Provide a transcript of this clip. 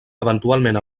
eventualment